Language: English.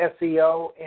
SEO